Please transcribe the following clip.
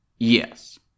Yes